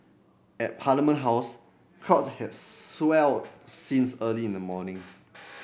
at Parliament House crowds had swelled since early in the morning